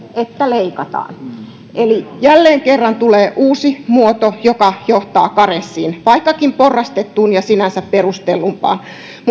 leikataan eli jälleen kerran tulee uusi muoto joka johtaa karenssiin vaikkakin porrastettuun ja sinänsä perustellumpaan